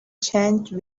changed